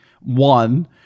One